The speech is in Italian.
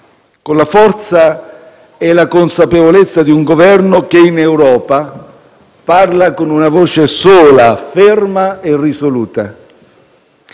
con la forza e la consapevolezza di un Governo che in Europa parla con una voce sola, ferma e risoluta.